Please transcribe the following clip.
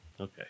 Okay